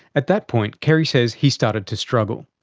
at that point, kerrie says he started to struggle.